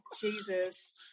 Jesus